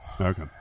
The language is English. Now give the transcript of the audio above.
Okay